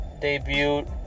debut